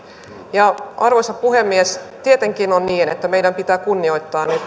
arvoisa puhemies tietenkin on niin että meidän pitää nyt kunnioittaa